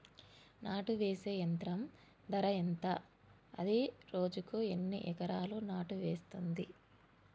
నాటు వేసే యంత్రం ధర ఎంత? అది రోజుకు ఎన్ని ఎకరాలు నాటు వేస్తుంది?